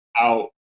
out